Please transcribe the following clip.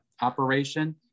operation